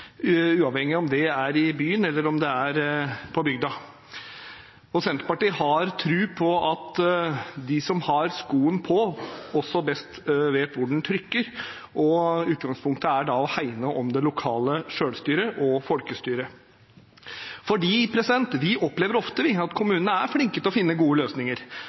uavhengig av om det er i byen, eller om det er på bygda. Senterpartiet har tro på at de som har skoen på, også best vet hvor den trykker, og utgangspunktet er da å hegne om det lokale selvstyret og folkestyret. For vi opplever ofte at kommunene er flinke til å finne gode løsninger,